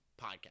podcast